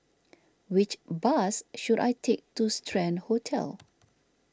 which bus should I take to Strand Hotel